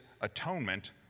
atonement